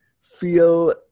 feel